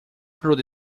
through